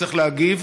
צריך להגיב,